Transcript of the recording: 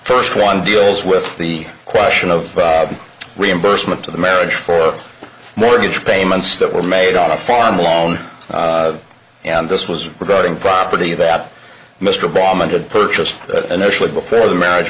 first one deals with the question of reimbursement to the marriage for mortgage payments that were made on a farm loan and this was regarding property that mr obama had purchased initially before the marriage